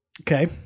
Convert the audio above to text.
Okay